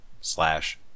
slash